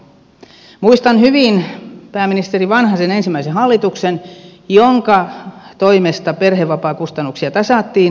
muistan hyvin pääministeri vanhasen ensimmäisen hallituksen jonka toimesta perhevapaakustannuksia tasattiin